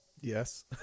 Yes